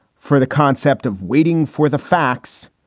for the concept of waiting for the facts,